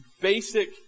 basic